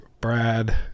Brad